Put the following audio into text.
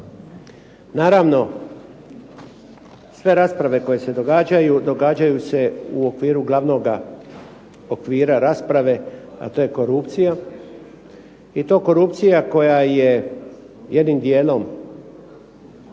Naravno, sve rasprave koje se događaju, događaju se u okviru glavnoga okvira rasprave a to je korupcija. I to korupcija koja je jednim dijelom